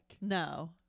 No